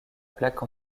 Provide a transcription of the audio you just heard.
plaque